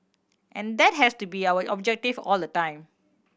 and that has to be our objective all the time